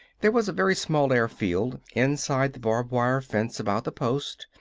there was a very small airfield inside the barbed-wire fence about the post,